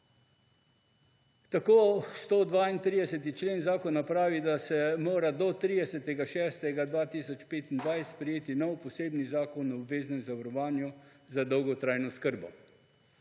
Tako 132. člen zakona pravi, da se mora do 30. 6. 2025 sprejeti nov, poseben zakon o obveznem zavarovanju za dolgotrajno oskrbo.